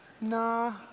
Nah